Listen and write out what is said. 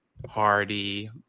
party